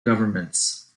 governments